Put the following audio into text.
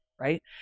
right